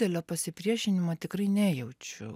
didelio pasipriešinimo tikrai nejaučiu